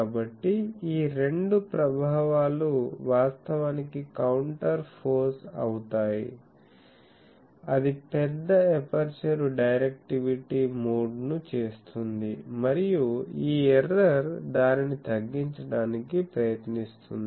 కాబట్టి ఈ రెండు ప్రభావాలు వాస్తవానికి కౌంటర్ పోజ్ అవుతాయి అది పెద్ద ఎపర్చరు డైరెక్టివిటీ మోడ్ను చేస్తుంది మరియు ఈ ఎర్రర్ దానిని తగ్గించడానికి ప్రయత్నిస్తుంది